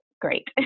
great